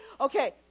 Okay